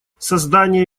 создание